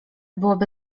byłoby